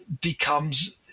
becomes